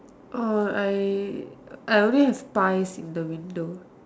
oh I I only have piles in the window